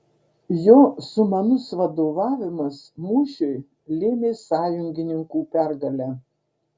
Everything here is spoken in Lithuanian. jo sumanus vadovavimas mūšiui lėmė sąjungininkų pergalę